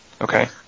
Okay